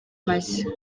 mashya